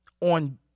on